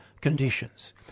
conditions